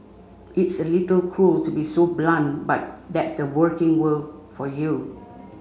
it's a little cruel to be so blunt but that's the working world for you